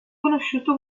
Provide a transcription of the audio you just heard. conosciuto